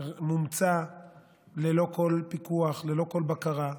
מומצא ללא כל פיקוח, ללא כל בקרה,